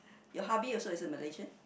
your hubby also is a Malaysian